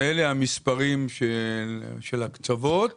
ואלה מספרים של הקצבות